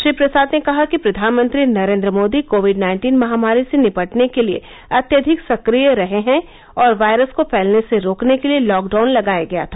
श्री प्रसाद ने कहा कि प्रधानमंत्री नरेंद्र मोदी कोविड नाइन्टीन महामारी से निपटने के लिए अत्यधिक सक्रिय रहे हैं और वायरस को फैलने से रोकने के लिए लॉकडाउन लगाया गया था